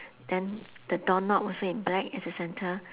then the doorknob also in black as a centre